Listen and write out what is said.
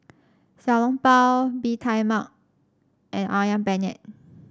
Xiao Long Bao Bee Tai Mak and ayam penyet